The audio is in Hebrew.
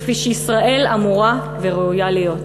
כפי שישראל אמורה וראויה להיות.